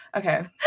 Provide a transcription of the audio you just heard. okay